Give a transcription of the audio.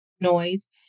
noise